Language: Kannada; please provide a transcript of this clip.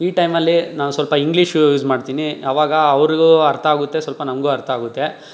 ಈ ಟೈಮಲ್ಲಿ ನಾವು ಸ್ವಲ್ಪ ಇಂಗ್ಲೀಷು ಯೂಸ್ ಮಾಡ್ತೀನಿ ಆವಾಗ ಅವ್ರಿಗೂ ಅರ್ಥ ಆಗುತ್ತೆ ಸ್ವಲ್ಪ ನಮಗೂ ಅರ್ಥ ಆಗುತ್ತೆ